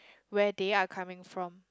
where they are coming from